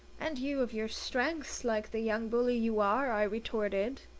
and you of your strength like the young bully you are! i retorted.